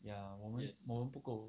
ya 我们我们不够